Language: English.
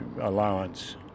allowance